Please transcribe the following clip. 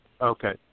Okay